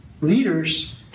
leaders